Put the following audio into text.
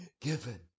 given